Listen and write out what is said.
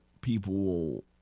people